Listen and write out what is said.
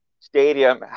stadium